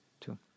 two